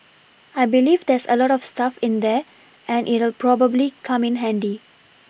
I believe there's a lot of stuff in there and it'll probably come in handy